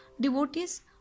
Devotees